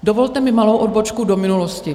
Dovolte mi malou odbočku do minulosti.